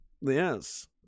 yes